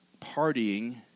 partying